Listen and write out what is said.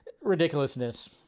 ridiculousness